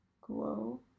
glow